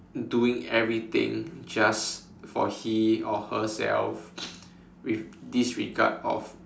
doing everything just for him or herself with disregard of